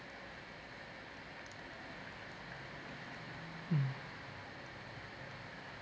mm